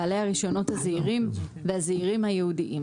בעלי הרישיונות והזעירים וזעירים הייעודיים'.